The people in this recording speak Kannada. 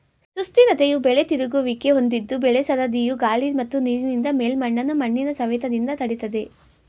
ಸುಸ್ಥಿರತೆಯು ಬೆಳೆ ತಿರುಗುವಿಕೆ ಹೊಂದಿದ್ದು ಬೆಳೆ ಸರದಿಯು ಗಾಳಿ ಮತ್ತು ನೀರಿನಿಂದ ಮೇಲ್ಮಣ್ಣನ್ನು ಮಣ್ಣಿನ ಸವೆತದಿಂದ ತಡಿತದೆ